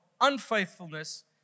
unfaithfulness